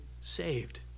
saved